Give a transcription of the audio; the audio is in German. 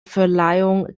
verleihung